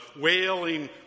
wailing